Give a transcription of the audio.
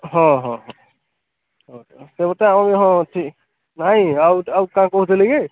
ହଁ ହଁ ହଁ ସେଇଟା ଆଉ ହଁ ଅଛି ନାଇଁ ଆଉ ଆଉ କାଣା କହୁଥିଲି କି